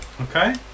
okay